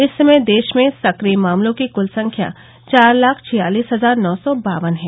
इस समय देश में सक्रिय मामलों की क्ल संख्या चार लाख छियालिस हजार नौ सौ बावन है